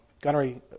gunnery